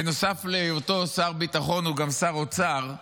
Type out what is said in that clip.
בנוסף להיותו שר ביטחון הוא גם שר אוצר,